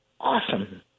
awesome